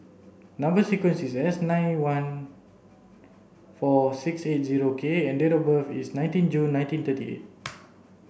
number sequence is S nine one four six eight zero K and date of birth is nineteen June nineteen thirty eight